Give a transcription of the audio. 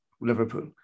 Liverpool